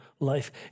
life